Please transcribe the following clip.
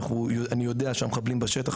אני יודע שהמחבלים בשטח.